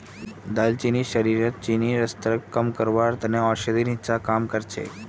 दालचीनी शरीरत चीनीर स्तरक कम करवार त न औषधिर हिस्सा काम कर छेक